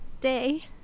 day